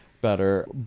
better